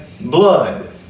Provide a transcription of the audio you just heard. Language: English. blood